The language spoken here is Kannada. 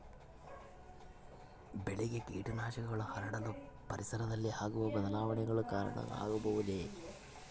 ಬೆಳೆಗೆ ಕೇಟನಾಶಕಗಳು ಹರಡಲು ಪರಿಸರದಲ್ಲಿ ಆಗುವ ಬದಲಾವಣೆಗಳು ಕಾರಣ ಆಗಬಹುದೇ?